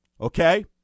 okay